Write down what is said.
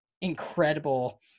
incredible